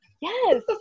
Yes